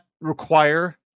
require